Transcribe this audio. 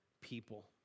people